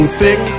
thick